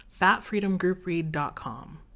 fatfreedomgroupread.com